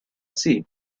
see